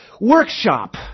workshop